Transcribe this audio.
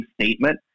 statement